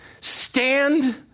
stand